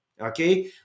okay